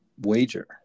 wager